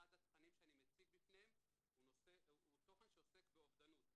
אחד התכנים שאני מציג בפניהם הוא תוכן שעוסק באובדנות.